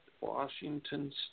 Washington